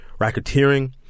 racketeering